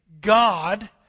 God